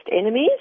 enemies